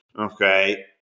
okay